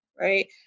Right